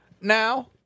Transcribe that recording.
now